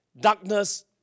Darkness